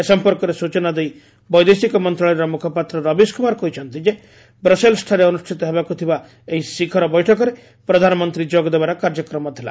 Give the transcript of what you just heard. ଏ ସମ୍ପର୍କରେ ସୂଚନା ଦେଇ ବୈଦେଶିକ ମନ୍ତ୍ରଣାଳୟର ମୁଖପାତ୍ର ରବିଶ କୁମାର କହିଛନ୍ତି ଯେ ବ୍ରସେଲ୍ଟଠାରେ ଅନୁଷ୍ଠିତ ହେବାକୁ ଥିବା ଏହି ଶିଖର ବୈଠକରେ ପ୍ରଧାନମନ୍ତ୍ରୀ ଯୋଗଦେବାର କାର୍ଯ୍ୟକ୍ରମ ଥିଲା